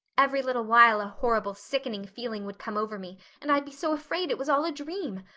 every little while a horrible sickening feeling would come over me and i'd be so afraid it was all a dream.